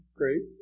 great